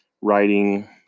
writing